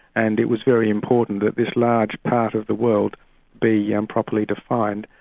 and it was very important that this large part of the world be yeah um properly defined.